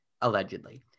allegedly